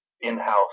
in-house